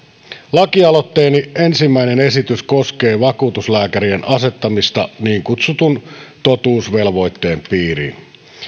lakialoitteeni ensimmäinen esitys koskee vakuutuslääkärien asettamista niin kutsutun totuusvelvoitteen piiriin